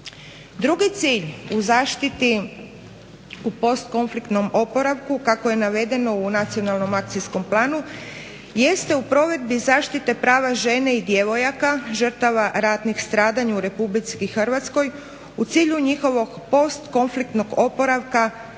Drugi cilj u zaštiti, u postkonfliktnom oporavku, kako je navedeno u nacionalnom akcijskom planu jeste u provedbi zaštite prava žena i djevojaka, žrtava ratnih stradanja u Republici Hrvatskoj u cilju njihovog postkonfliktnog oporavka.